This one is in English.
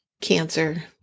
cancer